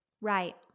Right